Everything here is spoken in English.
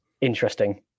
interesting